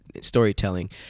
storytelling